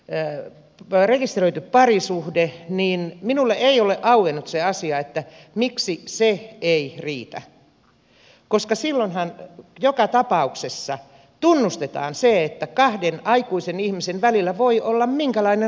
eu päärekisteröity ihmettelen sitä minulle ei ole auennut se asia että jos solmitaan rekisteröity parisuhde miksi se ei riitä koska silloinhan joka tapauksessa tunnustetaan se että kahden aikuisen ihmisen välillä voi olla minkälainen rakkaussuhde tahansa